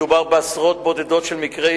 בהר-הזיתים ובהר-המנוחות מחללים קברים דרך קבע.